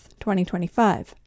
2025